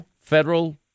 federal